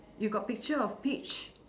you got picture of peach